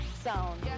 sound